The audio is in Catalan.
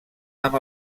amb